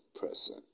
person